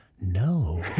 no